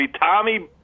Tommy